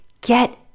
get